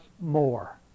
more